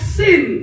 sin